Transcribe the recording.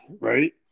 right